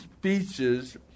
speeches